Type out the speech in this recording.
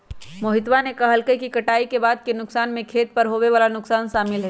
मोहितवा ने कहल कई कि कटाई के बाद के नुकसान में खेत पर होवे वाला नुकसान शामिल हई